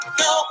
go